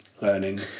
learning